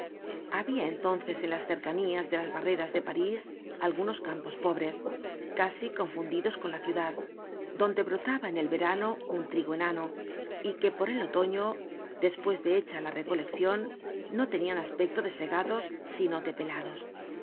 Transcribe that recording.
habia entonces en las cercanías de las barreras de parís algunos campos pobres casi confundidos con la ciudad donde brotaba en el verano un trigo enano y que por el otoño despues de hecha la recoleccion no tenian aspecto de segados sino de pelados